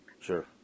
Sure